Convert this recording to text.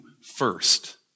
first